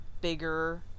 bigger